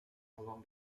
along